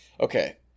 Okay